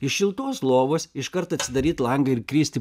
iš šiltos lovos iškart atsidaryt langą ir kristi